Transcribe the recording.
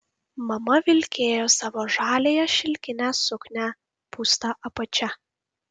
mama vilkėjo savo žaliąją šilkinę suknią pūsta apačia